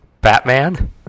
Batman